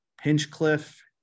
Hinchcliffe